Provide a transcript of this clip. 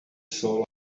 saw